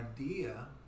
idea